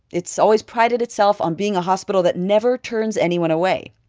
it's always prided itself on being a hospital that never turns anyone away.